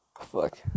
Fuck